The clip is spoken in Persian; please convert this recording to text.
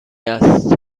است